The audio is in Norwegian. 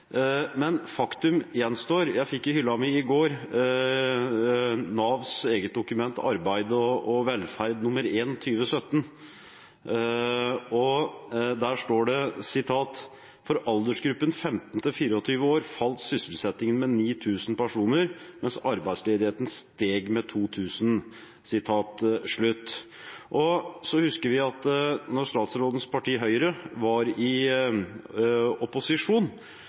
men faktum gjenstår. Jeg fikk i hylla mi i går Navs dokument Arbeid og velferd nr. 1 2017. Der står det: «For aldersgruppen 15–24 år falt sysselsettingen med 9 000 personer, mens arbeidsledigheten steg med 2 000.» Så husker vi at da statsrådens parti, Høyre, var i opposisjon,